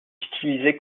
utilisée